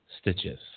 Stitches